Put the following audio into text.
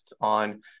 on